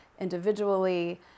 individually